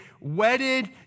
wedded